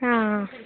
ಹಾಂ ಆಂ